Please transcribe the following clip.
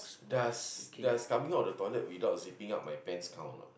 does does coming out of the toilet without zipping up my pants count or not